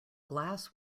glass